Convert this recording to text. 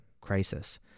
crisis